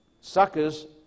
suckers